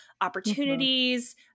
opportunities